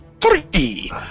Three